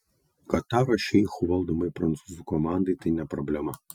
kataro šeichų valdomai prancūzų komandai tai ne problema